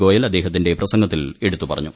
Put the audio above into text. ഗോയൽ അദ്ദേഹത്തിന്റെ പ്രസംഗത്തിൽ എടുത്തുപറഞ്ഞു